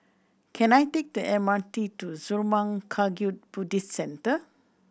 can I take the M R T to Zurmang Kagyud Buddhist Centre